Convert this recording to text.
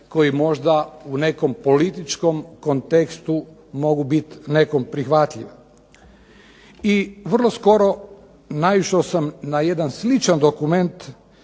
koji možda u nekom političkom kontekstu mogu biti nekom prihvatljive. I vrlo skoro naišao sam na jedan sličan dokument